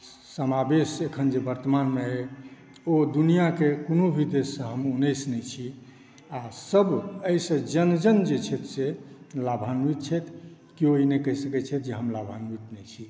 समावेश जे एखन वर्तमानमे एहि ओ दुनिआके कोनो भी देशसँ हम उन्नैस नहि छी आ सब एहिसे जन जन जे छथि से लाभान्वित छथि केओ ई नहि कहि सकै छथि जे हम लाभान्वित नहि छी